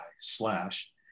slash